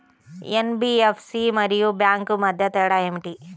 NBFC మరియు bank మధ్య తేడా ఏమిటీ?